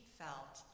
felt